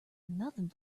nothing